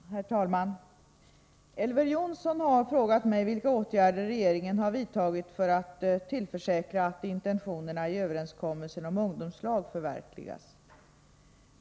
Herr talman! Elver Jonsson har frågat mig vilka åtgärder regeringen har vidtagit för att tillförsäkra att intentionerna i överenskommelsen om ungdomslag förverkligas.